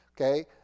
Okay